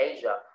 Asia